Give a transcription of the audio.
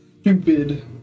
stupid